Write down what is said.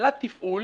עמלת תפעול